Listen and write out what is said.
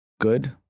good